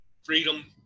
freedom